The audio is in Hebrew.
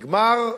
נגמר,